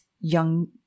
young